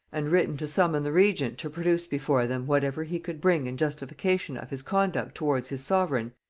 and written to summon the regent to produce before them whatever he could bring in justification of his conduct towards his sovereign,